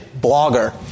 blogger